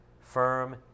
Firm